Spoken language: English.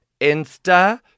Insta